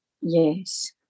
Yes